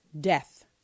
death